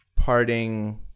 parting